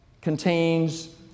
contains